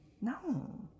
No